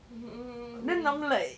mm